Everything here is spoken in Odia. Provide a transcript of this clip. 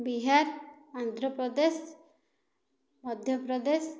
ବିହାର ଆନ୍ଧ୍ର ପ୍ରଦେଶ ମଧ୍ୟ ପ୍ରଦେଶ